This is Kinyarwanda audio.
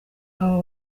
abo